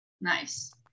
Nice